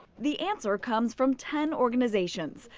the answer comes from ten organizations,